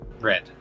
Red